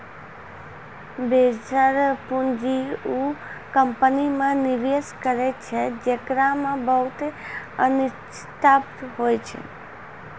venture पूंजी उ company मे निवेश करै छै जेकरा मे बहुते अनिश्चिता होय छै